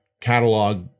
catalog